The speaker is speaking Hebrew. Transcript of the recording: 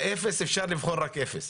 מהאפס אפשר לבחור רק אפס.